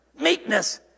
meekness